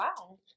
Wow